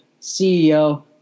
CEO